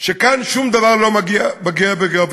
כאן שום דבר לא מגיע בגרביטציה,